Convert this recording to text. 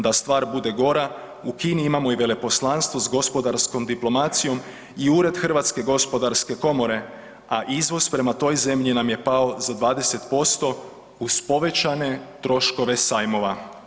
Da stvar bude gora, u Kini imamo i veleposlanstvo s gospodarskom diplomacijom i Ured Hrvatske gospodarske komore, a izvoz prema toj zemlji nam je pao za 20% uz povećane troškove sajmova.